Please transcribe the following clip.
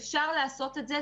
אפשר לעשות את זה,